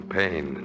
pain